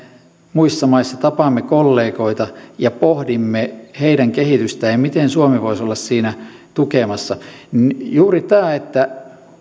muissa maissa tapaamme kollegoita ja pohdimme heidän kehitystään ja sitä miten suomi voisi olla siinä tukemassa niin juuri tämä että